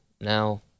now